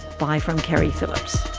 bye from keri phillips